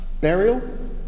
burial